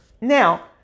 Now